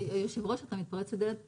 אדוני היושב-ראש, אתה מתפרץ לדלת פתוחה.